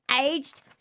aged